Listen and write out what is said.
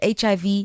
HIV